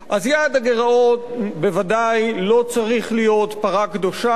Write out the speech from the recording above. בוודאי לא צריך להיות פרה קדושה וגם לא עגל זהב.